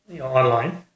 online